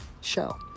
show